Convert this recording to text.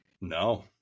No